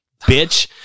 bitch